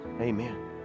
amen